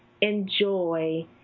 enjoy